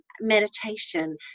meditation